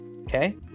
Okay